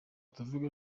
tuvuge